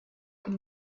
cun